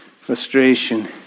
Frustration